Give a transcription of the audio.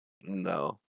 No